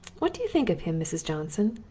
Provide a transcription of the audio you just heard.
what do you think of him, mrs. johnson?